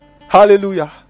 Hallelujah